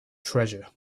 treasure